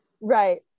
right